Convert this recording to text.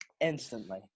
instantly